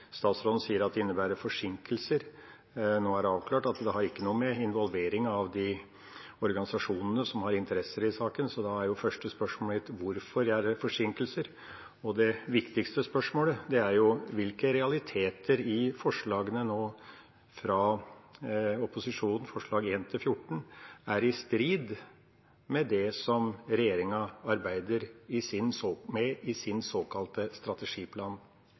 Statsråden sier at det innebærer forsinkelser. Nå er det avklart at det ikke har noe å gjøre med involvering av de organisasjonene som har interesser i saken, så da er det første spørsmålet mitt: Hvorfor er det forsinkelser? Det viktigste spørsmålet er: Hvilke realiteter i forslagene fra opposisjonen nå, forslagene nr. 1–14, er strid med det som regjeringa arbeider med i sin såkalte strategiplan?